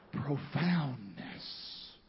Profoundness